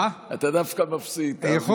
אתה דווקא מפסיד, תאמין לי.